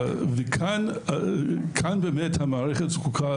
כאן המערכת זקוקה